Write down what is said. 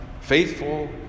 faithful